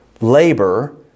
labor